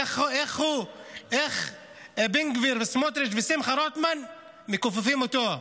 איך בן גביר וסמוטריץ' ושמחה רוטמן מכופפים אותו.